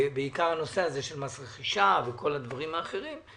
בעיקר הנושא של מס רכישה וכל הדברים האחרים,